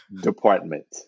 Department